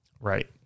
Right